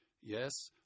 Yes